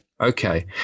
okay